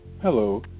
Hello